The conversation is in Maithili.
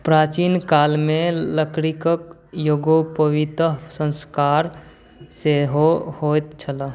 प्राचीनकालमे लकड़ीके यज्ञोपवीत संस्कार सेहो होइत छलै